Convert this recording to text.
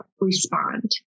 respond